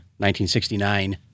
1969